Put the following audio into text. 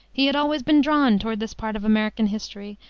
he had always been drawn toward this part of american history,